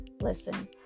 Listen